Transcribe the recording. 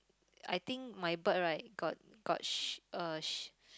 I think my bird right got got sh~ uh sh~